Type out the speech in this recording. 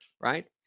right